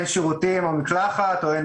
אין